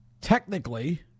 technically